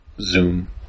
zoom